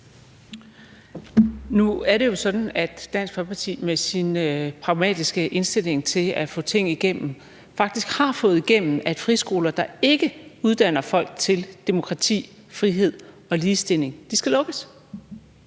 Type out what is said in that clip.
Nu er det jo sådan, at Dansk Folkeparti med sin pragmatiske indstilling til at få ting igennem, faktisk har fået igennem, at friskoler, der ikke uddanner folk til demokrati, frihed og ligestilling, skal lukkes.